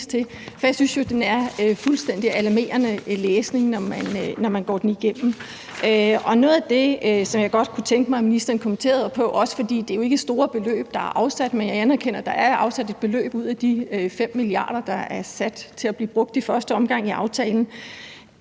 til. Jeg synes jo, det er fuldstændig alarmerende læsning, når man går den igennem. Jeg kunne godt tænke mig, at ministeren ville kommentere noget. Det er jo ikke store beløb, der er afsat, men jeg anerkender, at der er afsat et beløb ud af de 5 mia. kr., der er sat til at blive brugt i første omgang i aftalen.